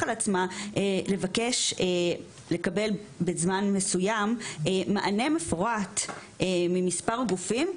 על עצמה לקבל בזמן מסוים מענה מפורט ממספר גופים,